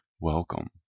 welcome